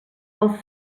als